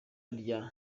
rya